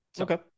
Okay